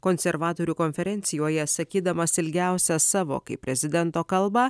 konservatorių konferencijoje sakydamas ilgiausią savo kaip prezidento kalbą